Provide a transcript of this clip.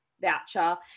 voucher